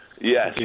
Yes